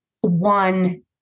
one